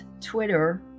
Twitter